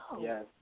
Yes